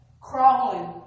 crawling